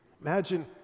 Imagine